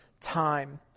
time